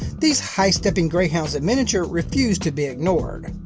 these high-stepping greyhounds in miniature refuse to be ignored.